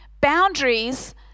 Boundaries